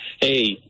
Hey